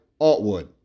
Altwood